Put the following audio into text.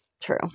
True